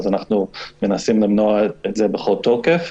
אנו מנסים למנוע את זה בכל תוקף.